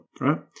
right